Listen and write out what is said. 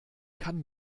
kann